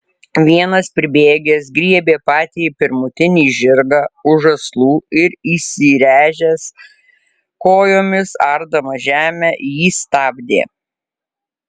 vienas pribėgęs griebė patį pirmutinį žirgą už žąslų ir įsiręžęs kojomis ardamas žemę jį stabdė